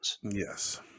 Yes